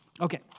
Okay